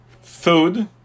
food